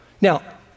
Now